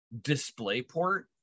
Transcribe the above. DisplayPort